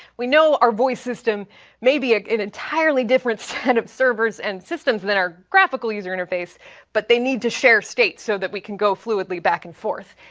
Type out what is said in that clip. we know our voice system maybe an entirely different set of servers and systems that are graphical user interface but they need to share state so that we can go fluidly back and forth.